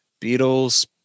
Beatles